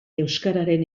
euskararen